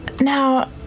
Now